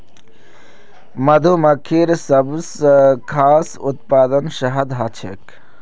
मधुमक्खिर सबस खास उत्पाद शहद ह छेक